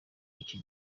icyo